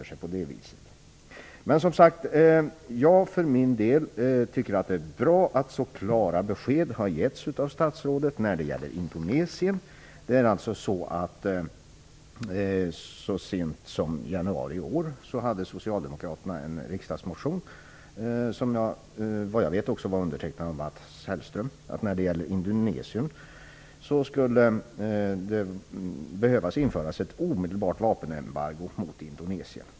Som sagt, jag för min del tycker att det är bra att så klara besked getts av statsrådet när det gäller Indonesien. Så sent som i januari i år framlade socialdemokraterna en riksdagsmotion, som så långt jag vet också var undertecknad av Mats Hellström, om ett omedelbart vapenembargo mot Indonesien.